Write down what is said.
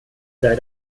sei